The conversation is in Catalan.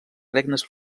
regnes